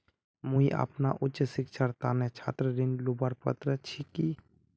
मुई अपना उच्च शिक्षार तने छात्र ऋण लुबार पत्र छि कि?